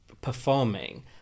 performing